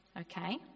Okay